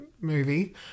movie